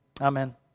amen